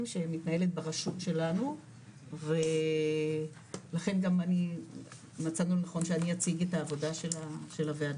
שמתנהלת ברשות שלנו ולכן גם מצאנו לנכון שאני אציג את העבודה של הוועדה.